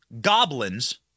goblins